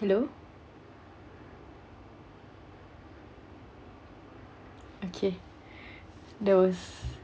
hello okay that was